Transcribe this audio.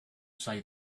say